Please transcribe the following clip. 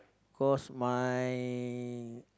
cause my